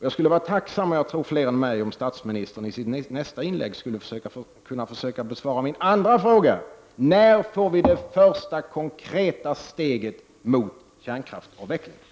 Jag — och jag tror många med mig — skulle vara tacksam om statsministern i sitt nästa inlägg ville försöka besvara min andra fråga: När får vi det första konkreta steget mot kärnkraftsavvecklingen?